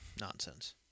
Nonsense